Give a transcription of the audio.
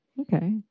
Okay